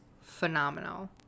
phenomenal